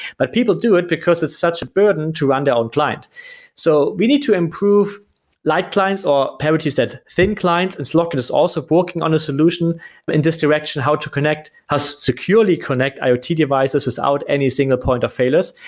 but people do it because it's such a burden to run their own client so we need to improve light clients, or parity said thin clients and slock it is also working on a solution in this direction how to connect, how to securely connect iot devices without any single point of failures.